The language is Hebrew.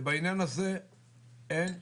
בעניין הזה אין חיסכון.